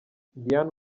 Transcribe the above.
diane